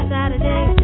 Saturday